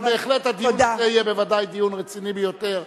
אבל בהחלט הדיון הזה יהיה בוודאי דיון רציני ביותר.